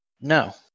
No